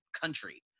country